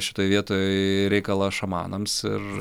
šitoj vietoj reikalą šamanams ir